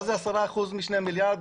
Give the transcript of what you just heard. מה זה 10% משני מיליארד?